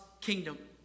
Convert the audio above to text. kingdom